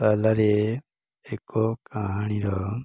ତାଲାରେ ଏକ କାହାଣୀର